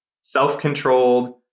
self-controlled